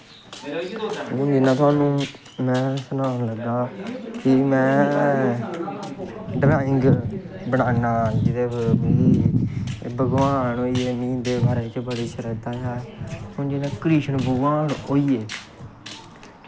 में तुआनूं सनान लगा कि में ड्राइंग बनाना जेह्दा मीं भगवान होई गे मीं इं'दे बारे च बड़ी शरधा ऐ हून जि'यां कृष्ण भगवान